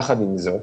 יחד עם זאת,